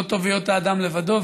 לא טוב היות האדם לבדו.